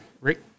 Rick